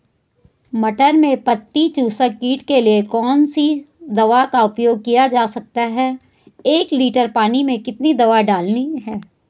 मटर में पत्ती चूसक कीट के लिए कौन सी दवा का उपयोग किया जा सकता है एक लीटर पानी में कितनी दवा डालनी है?